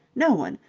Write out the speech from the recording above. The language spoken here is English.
no one,